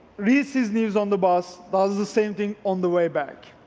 reads his news on the bus, does the same thing on the way back.